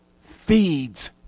feeds